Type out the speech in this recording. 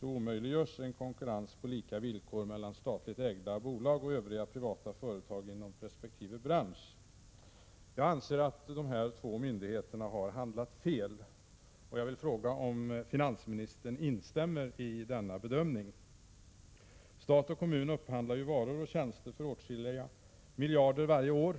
omöjliggörs en konkurrens på lika villkor mellan statligt ägda bolag och övriga, privata företag inom resp. bransch. Jag anser att de här två myndigheterna har handlat felaktigt, och jag vill fråga om finansministern instämmer i denna bedömning. Stat och kommun upphandlar ju varor och tjänster för åtskilliga miljarder kronor varje år.